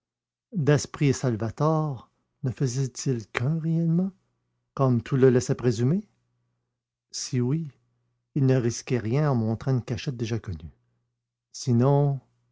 daspry et salvator ne faisaient-ils qu'un réellement comme tout le laissait présumer si oui il ne risquait rien en montrant une cachette déjà connue si